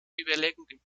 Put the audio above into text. überlegungen